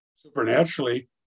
supernaturally